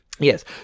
Yes